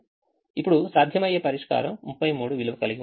ఇప్పుడు సాధ్యమయ్యే పరిష్కారం 33 విలువ కలిగి ఉంది